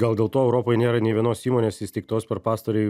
gal dėl to europoj nėra nei vienos įmonės įsteigtos per pastarąjį